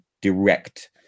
direct